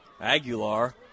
Aguilar